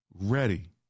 ready